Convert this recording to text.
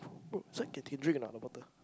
oh sorry can can drink or not the bottle